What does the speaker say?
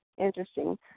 Interesting